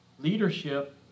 leadership